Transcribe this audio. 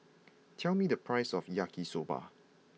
tell me the price of Yaki soba